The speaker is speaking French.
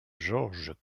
georges